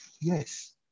yes